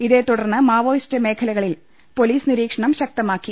ഇതേ തുടർന്ന് മാവോയിസ്റ്റ് മേഖലകളിൽ പൊലീസ് നിരീക്ഷണം ശക്ത മാക്കി